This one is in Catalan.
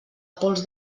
pols